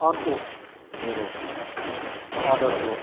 अर्को मेरो अर्डरको